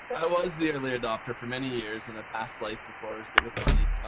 i was the early adapter for many years, in the past life before i was good with money.